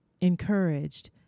encouraged